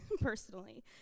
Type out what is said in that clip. personally